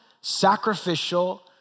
sacrificial